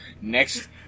Next